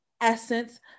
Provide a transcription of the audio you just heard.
Essence